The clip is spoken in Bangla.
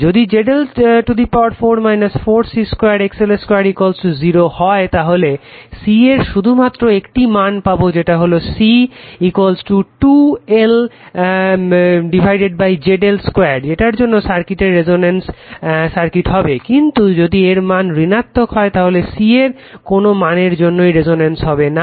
যদি ZL 4 4 C 2 XL 2 0 হয় তাহলে C এর শুধুমাত্র একটি মান পাবো যেটা হলো C 2LZL 2 যেটার জন্য সার্কিটটি রেসনেন্স সার্কিট হবে কিন্তু যদি এর মান ঋণাত্মক হয় তাহলে C এর কোনো মানের জন্যই রেসনেন্স হবে না